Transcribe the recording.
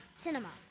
cinema